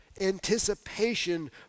anticipation